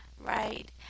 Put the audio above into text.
right